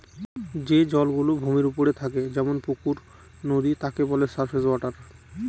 যে জল গুলো ভূমির ওপরে থাকে যেমন পুকুর, নদী তাকে বলে সারফেস ওয়াটার